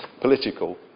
political